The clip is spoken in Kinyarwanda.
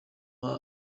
obama